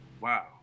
wow